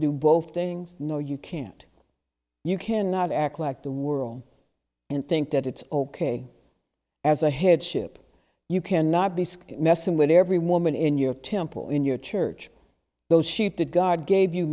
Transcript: do both things no you can't you can not act like the world and think that it's ok as a headship you cannot be sgt messing with every woman in your temple in your church those sheep that god gave you